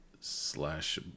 slash